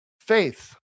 Faith